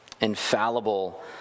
infallible